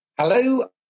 Hello